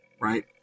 right